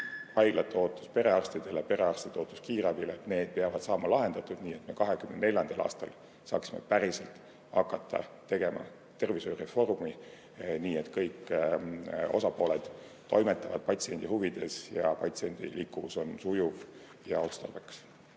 haiglate ootus perearstidele ja perearstide ootus kiirabile – peavad saama lahendatud, nii et me 2024. aastal saaksime päriselt hakata tegema tervishoiureformi nii, et kõik osapooled toimetavad patsiendi huvides ning patsiendi liikuvus on sujuv ja otstarbekas.